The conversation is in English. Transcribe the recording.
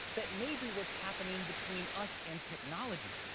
that may be what's happening between us and technology.